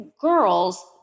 girls